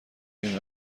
این